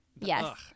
Yes